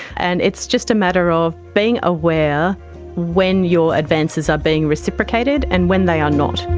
and it's just a matter of being aware when your advances are being reciprocated and when they and um